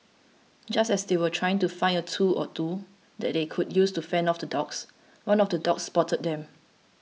just as they were trying to find a tool or two that they could use to fend off the dogs one of the dogs spotted them